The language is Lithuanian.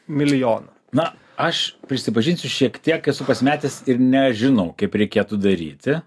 milijonu na aš prisipažinsiu šiek tiek esu pasimetęs ir nežinau kaip reikėtų daryti